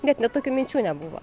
net ne tokių minčių nebuvo